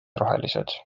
rohelised